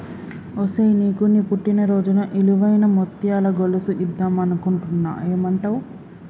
ఒసేయ్ నీకు నీ పుట్టిన రోజున ఇలువైన ముత్యాల గొలుసు ఇద్దం అనుకుంటున్న ఏమంటావ్